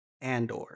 Andor